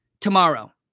tomorrow